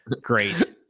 Great